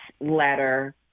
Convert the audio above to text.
letter